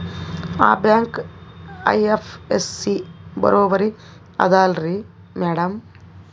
ಆ bank IFSC ಬರೊಬರಿ ಅದಲಾರಿ ಮ್ಯಾಡಂ?